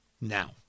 Now